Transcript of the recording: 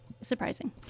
surprising